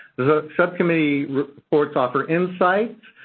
the subcommittee reports offer insight.